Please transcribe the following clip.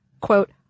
quote